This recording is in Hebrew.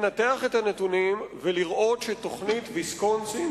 לנתח את הנתונים ולראות שתוכנית ויסקונסין,